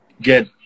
get